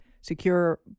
secure